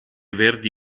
verdi